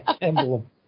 Emblem